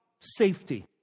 safety